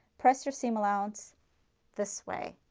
press your seam allowance this way.